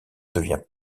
devient